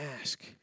ask